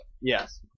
Yes